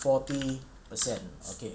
forty percent okay